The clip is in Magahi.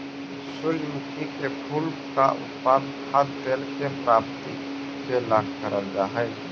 सूर्यमुखी के फूल का उत्पादन खाद्य तेल के प्राप्ति के ला करल जा हई